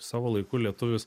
savo laiku lietuvis